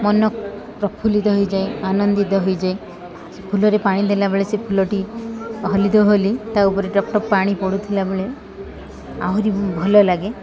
ମନ ପ୍ରଫୁଲ୍ଲିତ ହେଇଯାଏ ଆନନ୍ଦିତ ହୋଇଯାଏ ଫୁଲରେ ପାଣି ଦେଲାବେଳେ ସେ ଫୁଲଟି ହଲି ଦୋହଲି ତା' ଉପରେ ଟପଟପ ପାଣି ପଡ଼ୁଥିଲା ବେଳେ ଆହୁରି ଭଲଲାଗେ